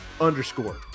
underscore